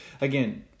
Again